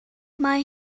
mae